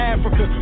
Africa